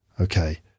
Okay